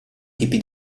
tipi